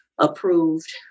Approved